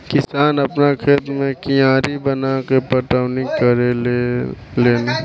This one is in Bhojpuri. किसान आपना खेत मे कियारी बनाके पटौनी करेले लेन